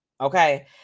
Okay